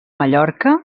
mallorca